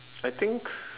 I think